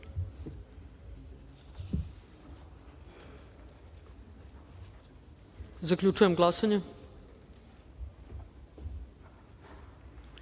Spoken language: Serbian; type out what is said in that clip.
zaključuje glasanje